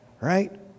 right